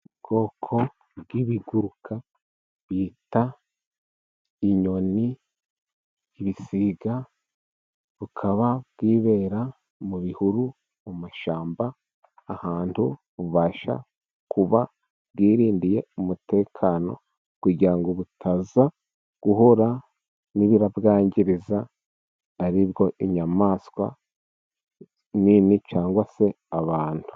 Ubwoko bw'ibiguruka bita inyoni, ibisiga. Bukaba bwibera mu bihuru mu mashyamba, ahantu bubasha kuba bwirindiye umutekano, kugira ngo butaza guhura n'ibirabwangiriza ari byo inyamaswa nini cyangwa se abantu.